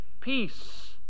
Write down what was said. peace